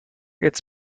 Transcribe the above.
its